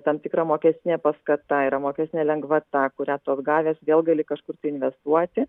tam tikra mokestinė paskata yra mokestinė lengvata kurią tu atgavęs vėl gali kažkur tai investuoti